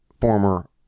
former